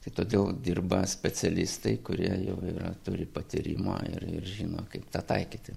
tai todėl dirba specialistai kurie jau yra turi patyrimo ir ir žino kaip tą taikyti